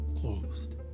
closed